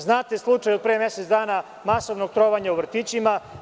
Znate slučaj od pre mesec dana masovnog trovanja u vrtićima.